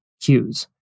cues